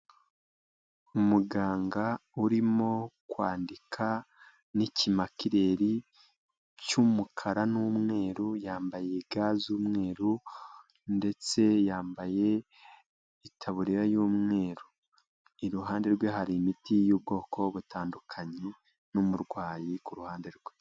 Umuganga urimo kwandika n'ikimarikeri cy'umukara n'umweru, yambaye ga z'umweru ndetse yambaye itaburiya y'umweru, iruhande rwe hari imiti y'ubwoko butandukanye n'umurwayi kuruhande rwe.